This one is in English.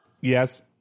Yes